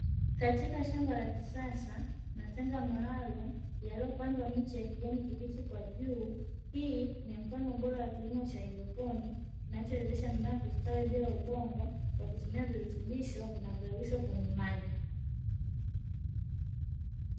Katika shamba la kisasa matenga maalumu yaliyopandwa Miche ya kijani kibichi kwa juu, hii ni mfano Bora wa kilimo cha hydroponi kinachowezeshe mimea kustawi bila kutumia udongo kwa kutumia virutubisho vinavyoyeyushwa kwenye maji.